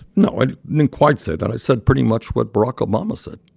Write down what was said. no. i didn't quite say that. i said pretty much what barack obama said.